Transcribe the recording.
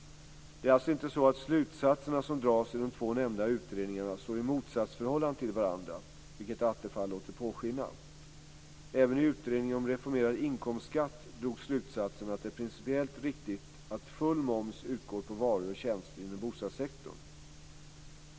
Det är alltså inte så att slutsatserna som dras i de två nämnda utredningarna står i motsatsförhållande till varandra, vilket Attefall låter påskina. Även i utredningen om reformerad inkomstskatt drogs slutsatsen att det är principiellt riktigt att full moms utgår på varor och tjänster inom bostadssektorn.